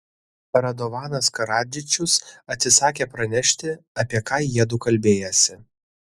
radovanas karadžičius atsisakė pranešti apie ką jiedu kalbėjęsi